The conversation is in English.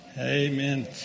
Amen